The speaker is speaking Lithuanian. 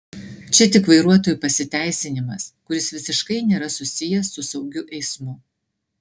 čia tik vairuotojų pasiteisinimas kuris visiškai nėra susijęs su saugiu eismu